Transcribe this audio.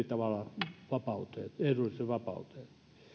tavalla nopeammin ehdolliseen vapauteen